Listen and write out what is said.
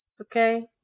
Okay